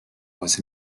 was